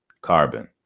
carbon